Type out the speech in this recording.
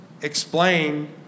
explain